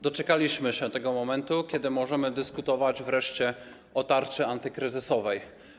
Doczekaliśmy się tego momentu, w którym możemy dyskutować wreszcie o tarczy antykryzysowej.